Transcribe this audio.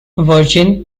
virgin